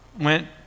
went